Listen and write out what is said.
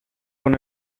con